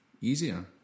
easier